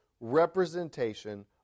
representation